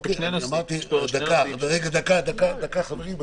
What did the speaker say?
דקה, חברים.